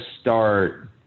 start